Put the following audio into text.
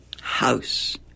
house